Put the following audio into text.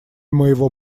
моего